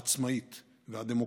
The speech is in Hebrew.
העצמאית והדמוקרטית.